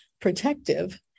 protective